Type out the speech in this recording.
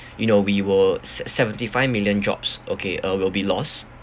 you know we were se~ seventy five million jobs okay uh will be lost